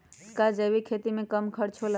का जैविक खेती में कम खर्च होला?